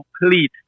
complete